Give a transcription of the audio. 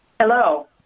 Hello